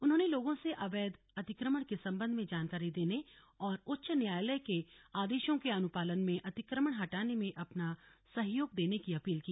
उन्होंने लोगों से अवैध अतिक्रमण के संबंध में जानकारी देने और उच्च न्यायालय के आदेशों के अनुपालन में अतिक्रमण हटाने में अपना सहयोग देने की अपील की